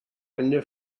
eine